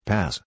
Pass